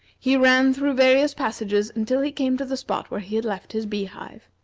he ran through various passages until he came to the spot where he had left his bee-hive.